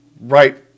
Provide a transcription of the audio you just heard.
right